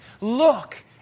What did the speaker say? Look